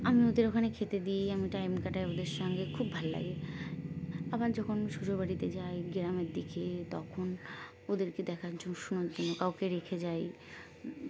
আমি ওদের ওখানে খেতে দিই আমি টাইম কাটাই ওদের সঙ্গে খুব ভালো লাগে আবার যখন শ্বশুরবাড়িতে যাই গ্রামের দিকে তখন ওদেরকে দেখার জন্য শোনার জন্য কাউকে রেখে যাই